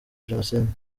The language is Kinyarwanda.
jenoside